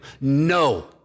No